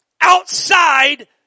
outside